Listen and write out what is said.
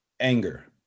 anger